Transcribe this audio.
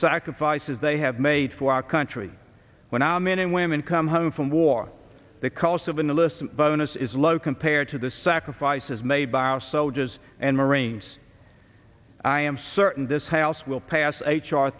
sacrifices they have made for our country when our men and women come home from war the cost of an a list bonus is low compared to the sacrifices made by our soldiers and marines i am certain this house will pass